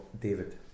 David